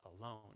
alone